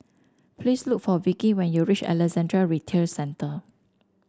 please look for Vikki when you reach Alexandra Retail Centre